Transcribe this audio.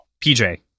PJ